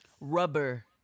rubber